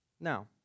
Now